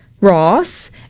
Ross